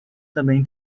também